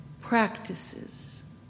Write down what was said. practices